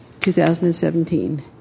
2017